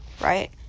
right